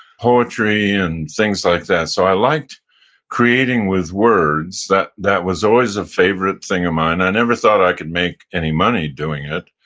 poetry, and things like that, so i liked creating with words. that that was always a favorite thing of mine. i never thought i could make any money doing it.